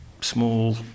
small